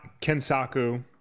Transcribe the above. Kensaku